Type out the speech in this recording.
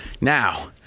Now